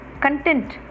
Content